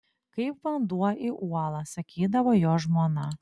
kaip vanduo į uolą sakydavo jo žmona